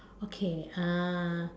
okay uh